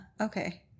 okay